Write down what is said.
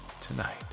tonight